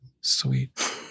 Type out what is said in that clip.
sweet